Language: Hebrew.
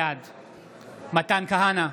בעד מתן כהנא,